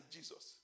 Jesus